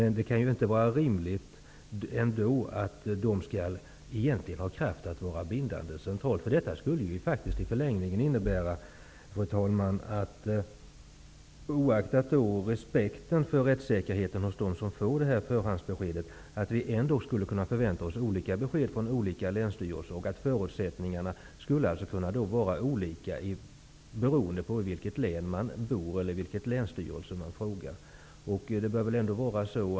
Det kan dock inte vara rimligt att sådana tolkningar skall ha kraft att vara bindande centralt. Det skulle i förlängningen innebära, oaktat respekten för rättssäkerheten för dem som får förhandsbeskedet, att vi skulle kunna förvänta oss olika besked från olika länsstyrelser och att förutsättningarna skulle kunna vara olika beroende på i vilket län man bor eller vilken länsstyrelse man frågar.